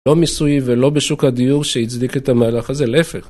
לא מיסוי ולא בשוק הדיור שהצדיק את המהלך הזה, להפך.